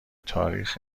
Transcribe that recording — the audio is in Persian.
تاریخ